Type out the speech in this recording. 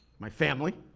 my family.